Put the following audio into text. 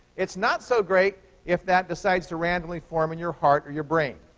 it's not so great if that decides to randomly form in your heart or your brain.